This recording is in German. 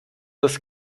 das